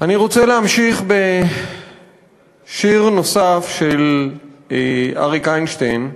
אני רוצה להמשיך בשיר נוסף של אריק איינשטיין,